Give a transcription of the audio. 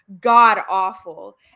god-awful